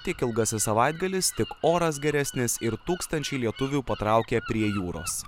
tiek ilgasis savaitgalis tiek oras geresnis ir tūkstančiai lietuvių patraukia prie jūros